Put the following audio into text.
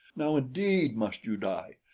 now indeed must you die.